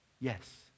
Yes